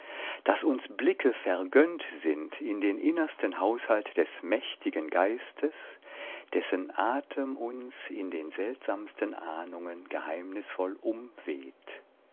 daß uns blicke vergönnt sind in den innersten haushalt des mächtigen geistes dessen atem uns in den seltsamsten ahnungen geheimnisvoll umweht